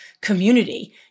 community